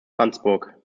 franzburg